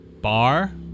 bar